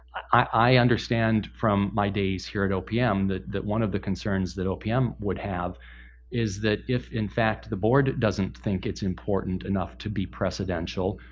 i understand from my days here at opm that that one of the concerns that opm would have is that if, in fact, the board doesn't think it's important enough to be presidential,